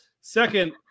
Second